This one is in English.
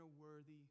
worthy